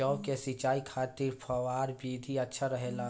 जौ के सिंचाई खातिर फव्वारा विधि अच्छा रहेला?